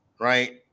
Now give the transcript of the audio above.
right